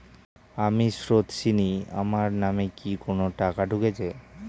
আমি স্রোতস্বিনী, আমার নামে কি কোনো টাকা ঢুকেছে?